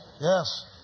Yes